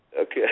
Okay